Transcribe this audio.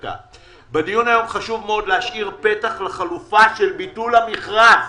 בדיון היום חשוב מאוד להשאיר פתח לחלופה של ביטול המכרז.